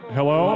Hello